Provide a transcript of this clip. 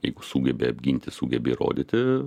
jeigu sugebi apginti sugebi įrodyti